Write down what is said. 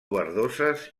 verdoses